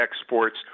exports